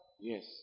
Yes